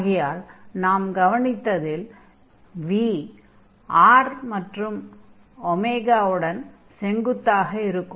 ஆகையால் நாம் கவனித்ததில் இருந்து v r மற்றும் உடனும் செங்குத்தாக இருக்கும்